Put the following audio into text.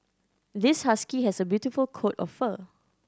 this husky has a beautiful coat of fur